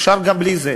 אפשר גם בלי זה.